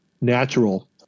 natural